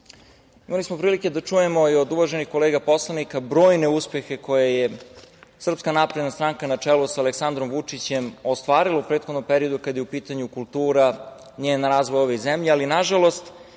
smo prilike da čujemo i od uvaženih kolega poslanika brojne uspehe koje je SNS na čelu sa Aleksandrom Vučićem ostvarila u prethodnom periodu kada je u pitanju kultura, njen razvoj u ovoj zemlji, ali, nažalost,